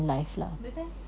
betul